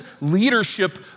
leadership